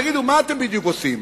תגידו, מה אתם בדיוק עושים?